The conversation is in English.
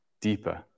deeper